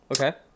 Okay